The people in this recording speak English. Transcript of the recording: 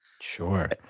sure